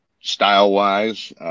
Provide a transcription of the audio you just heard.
style-wise